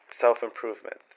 self-improvement